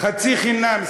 "חצי חינם".